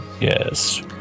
yes